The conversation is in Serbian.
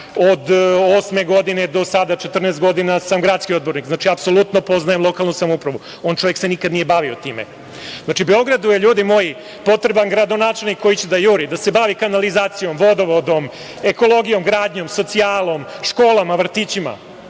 od 2008. godine do sada, dakle 14. godina sam gradski odbornik. Znači, apsolutno poznajem lokalnu samoupravu. On čovek se nikada nije bavio time. Ljudi moji, Beogradu je potreban gradonačelnik koji će da juri, da se bavi kanalizacijom, vodovodom, ekologijom, gradnjom, socijalom, školama, vrtićima,